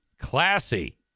Classy